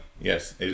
Yes